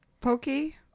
Pokey